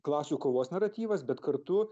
klasių kovos naratyvas bet kartu